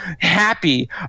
happy